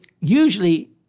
usually